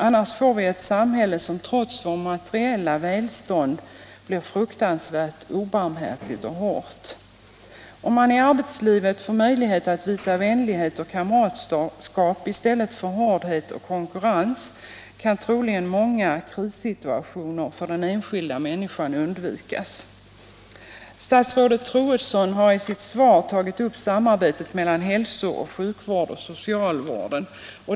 Annars får vi ett samhälle som trots vårt materiella välstånd blir fruktansvärt obarmhärtigt och hårt. Om man i arbetslivet får möjlighet att visa vänlighet och kamratskap i stället för hårdhet och konkurrens, kan troligen många krissituationer för den enskilda människan undvikas. Statsrådet Troedsson har i sitt svar tagit upp samarbetet mellan å ena sidan hälso och sjukvården och å andra sidan socialvården.